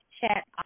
chat